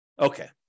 Okay